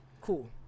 cool